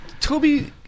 Toby